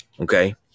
Okay